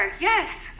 yes